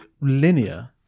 linear